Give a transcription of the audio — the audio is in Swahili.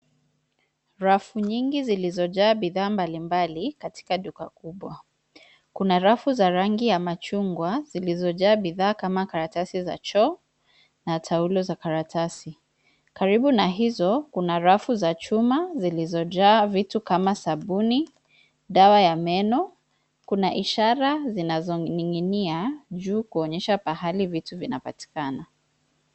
Rafu nyingi zilizojaa bidhaa mbalimbali katika duka kubwa, kuna rafu za rangi ya machungwa zilizojaa bidhaa kama karatasi za choo na taulo za karatasi. Karibu na hizo, kuna rafu za chuma zilizoja vitu kama sabuni, dawa ya meno. Kuna ishara zinazoninginia juu kuonyesha pahali vitu vinapatikana.